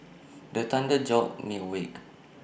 the thunder jolt me awake